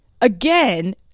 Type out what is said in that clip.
again